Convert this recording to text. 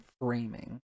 framing